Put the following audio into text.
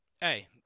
Hey